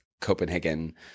Copenhagen